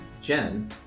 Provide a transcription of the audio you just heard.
Jen